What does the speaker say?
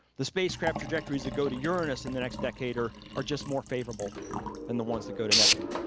the spacecraft trajectories that go to uranus in the next decade are are just more favorable than the ones that go to neptune.